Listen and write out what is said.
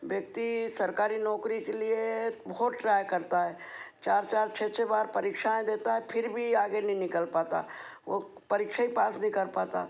व्यक्ति सरकारी नौकरी के लिए बहुत ट्राई करता है चार चार छः छः बार परीक्षाएं देता है फिर भी आगे नहीं निकल पाता वो परीक्षा ही पास नहीं कर पाता